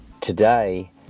today